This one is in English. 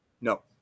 No